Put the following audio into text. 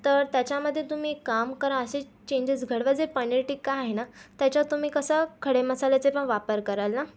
तर त्याच्यामध्ये तुम्ही काम करा असे चेंजेस घडवा जे पनीर टिक्का आहे ना त्याच्यात तुम्ही कसं खडे मसाल्याचे पण वापर कराल ना